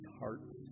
hearts